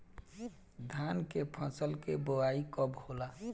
धान के फ़सल के बोआई कब होला?